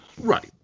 Right